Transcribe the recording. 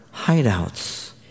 hideouts